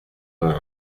vingt